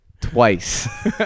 Twice